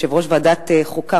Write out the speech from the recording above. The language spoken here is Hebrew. יושב-ראש ועדת החוקה,